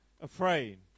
afraid